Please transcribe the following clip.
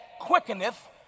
quickeneth